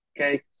Okay